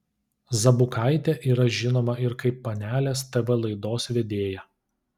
zabukaitė yra žinoma ir kaip panelės tv laidos vedėja